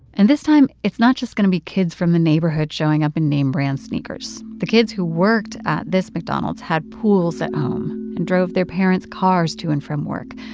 and this time, it's not just going to be kids from the neighborhood showing up in name-brand sneakers. the kids who worked at this mcdonald's had pools at home and drove their parents' cars to and from work.